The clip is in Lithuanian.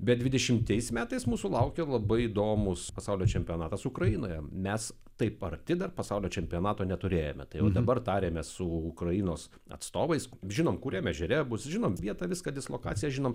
bet dvidešimtais metais mūsų laukia labai įdomus pasaulio čempionatas ukrainoje mes taip arti dar pasaulio čempionato neturėjome tai jau dabar tariamės su ukrainos atstovais žinom kuriam ežere bus žinom vietą viską dislokaciją žinom